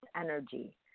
energy